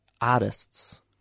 artists